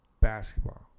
basketball